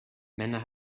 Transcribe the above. männer